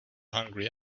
hungry